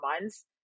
months